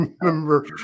remember